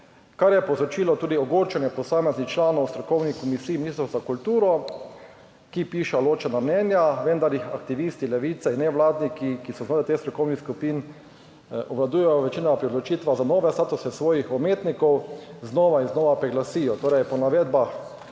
kar je povzročilo tudi ogorčenje posameznih članov strokovnih komisij Ministrstva za kulturo, ki piše ločena mnenja, vendar jih aktivisti Levice in nevladniki, ki so seveda teh strokovnih skupin obvladujejo, večinoma pri odločitvah za nove statuse svojih umetnikov znova in znova priglasijo. Torej, po navedbah